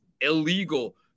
illegal